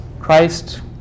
Christ